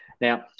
Now